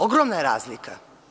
Ogromna je razlika.